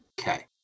Okay